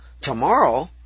tomorrow